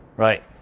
Right